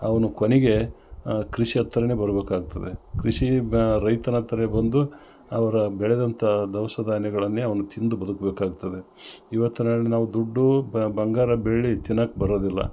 ಅವ್ನು ಕೊನೆಗೆ ಆ ಕೃಷಿ ಹತ್ರನೆ ಬರಬೇಕಾಗ್ತದೆ ಕೃಷಿ ಬೇ ರೈತನ ಹತ್ರನೆ ಬಂದು ಅವ್ರ ಬೆಳೆದಂಥ ದವಸ ಧಾನ್ಯಗಳನ್ನೇ ಅವನು ತಿಂದು ಬದುಕಬೇಕಾಗ್ತದೆ ಇವತ್ತು ನಾಳೆ ನಾವು ದುಡ್ಡು ಬಂಗಾರ ಬೆಳ್ಳಿ ತಿನ್ನಕ್ಕೆ ಬರೋದಿಲ್ಲ